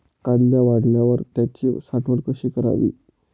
कांदा काढल्यावर त्याची साठवण कशी करावी?